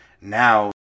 now